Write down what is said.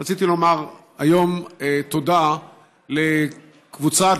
רציתי לומר היום תודה לקבוצה,